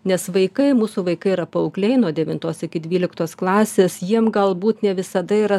nes vaikai mūsų vaikai yra paaugliai nuo devintos iki dvyliktos klasės jiem galbūt ne visada yra